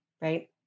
right